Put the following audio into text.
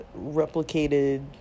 replicated